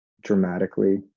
dramatically